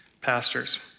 pastors